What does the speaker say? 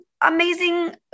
amazing